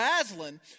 Aslan